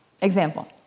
example